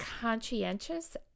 conscientious